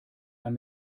man